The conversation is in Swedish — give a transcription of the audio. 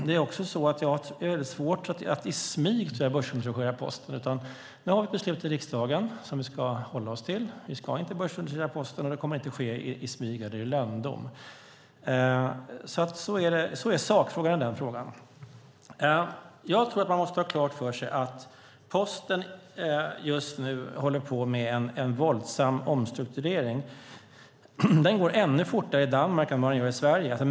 Det skulle vara svårt att i smyg börsintroducera Posten. Nu har vi ett beslut i riksdagen som vi ska hålla oss till. Vi ska inte börsintroducera Posten, och det kommer inte att ske i lönndom. Så ser sakfrågan ut. Jag tror att man måste ha klart för sig att Posten just nu håller på med en våldsam omstrukturering. Den går ännu fortare i Danmark än den gör i Sverige.